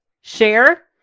Share